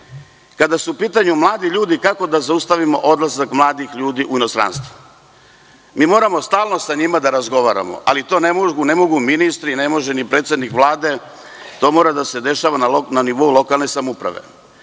su upitanju mladi ljudi, kako da zaustavimo odlazak mladih ljudi u inostranstvo? Moramo stalno sa njima da razgovaramo, ali to ne mogu ministri, ne može ni predsednik Vlade, to mora da se dešava na nivou lokalne samouprave.